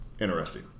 interesting